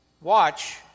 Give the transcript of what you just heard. watch